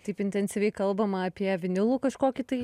taip intensyviai kalbama apie vinilų kažkokį tai